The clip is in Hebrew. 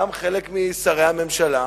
וגם חלק משרי הממשלה,